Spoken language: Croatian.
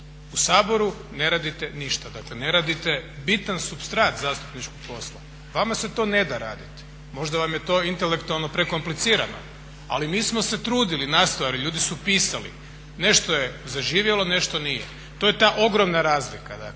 U Saboru ne radite ništa, dakle ne radite bitan supstrat zastupničkog posla. Vama se to neda raditi. Možda vam je to intelektualno prekomplicirano, ali mi smo se trudili, nastojali, ljudi su pisali, nešto je zaživjelo, nešto nije. To je ta ogromna razlika.